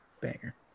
banger